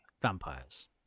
Vampires